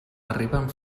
arriben